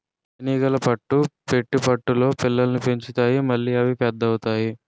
తేనీగలు పట్టు పెట్టి పట్టులో పిల్లల్ని పెంచుతాయి మళ్లీ అవి పెద్ద అవుతాయి